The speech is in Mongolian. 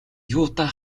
юутай